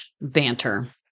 Banter